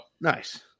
Nice